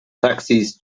taxis